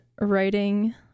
writing